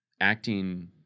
acting